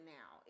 now